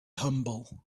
humble